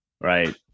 right